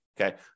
Okay